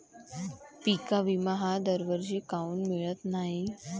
पिका विमा हा दरवर्षी काऊन मिळत न्हाई?